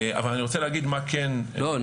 אבל אני רוצה להגיד מה כן --- לא,